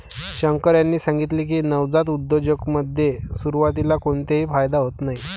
शंकर यांनी सांगितले की, नवजात उद्योजकतेमध्ये सुरुवातीला कोणताही फायदा होत नाही